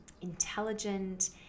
intelligent